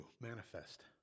Manifest